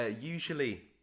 usually